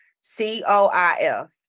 C-O-I-F